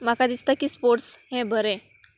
म्हाका दिसता की स्पोर्ट्स हें बरें